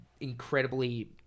incredibly